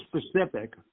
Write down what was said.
specific